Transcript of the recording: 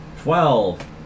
Twelve